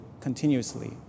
continuously